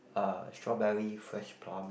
uh strawberry fresh plum